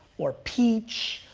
or peach,